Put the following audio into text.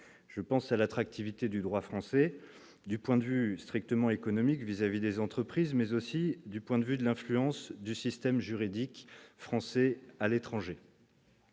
je pense à l'attractivité du droit français, du point de vue strictement économique vis-à-vis des entreprises, mais aussi du point de vue de l'influence du système juridique français à l'étranger.